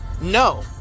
no